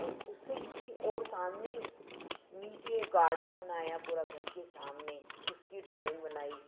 और उससे इतनी और सामने नीचे गार्डन बनाया पूरा घर के सामने उसकी ड्राइंग बनाई